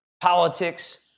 Politics